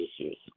issues